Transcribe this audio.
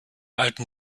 alten